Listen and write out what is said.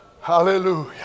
Hallelujah